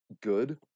good